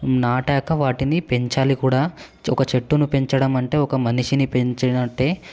నాటాక వాటిని పెంచాలి కూడా ఒక చెట్టును పెంచడం అంటే ఒక మనిషిని పెంచినట్టే